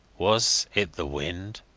was it the wind?